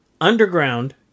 underground